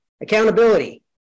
accountability